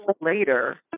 later